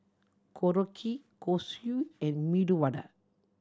Korokke Kosui and Medu Vada